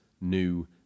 new